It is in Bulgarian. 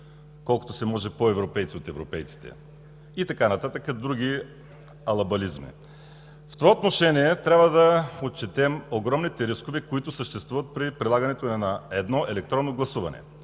колкото се може по-европейци от европейците и така нататък – други алабализми. В това отношение трябва да отчетем огромните рискове, които съществуват при прилагането на едно електронно гласуване.